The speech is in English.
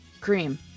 cream